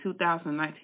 2019